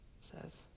says